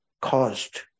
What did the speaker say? caused